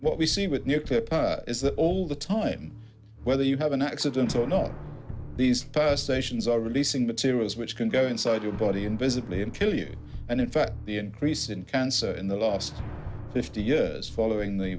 what we see with you is that all the time whether you have an accident oh no these stations are releasing materials which can go inside your body invisibly and kill you and in fact the increase in cancer in the last fifty years following the